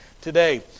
today